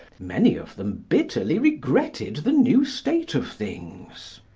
many of them bitterly regretted the new state of things.